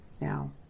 Now